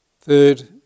Third